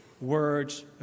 words